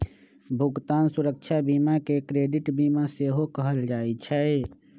भुगतान सुरक्षा बीमा के क्रेडिट बीमा सेहो कहल जाइ छइ